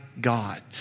God